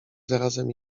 zarazem